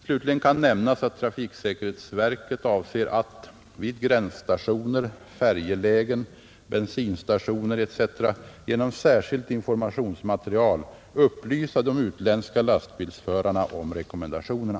Slutligen kan nämnas att trafiksäkerhetsverket avser att — vid gränsstationer, färjelägen, bensinstationer etc. — genom särskilt informationsmaterial upplysa de utländska lastbilsförarna om rekommendationerna.